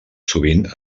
sovint